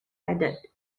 added